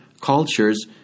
cultures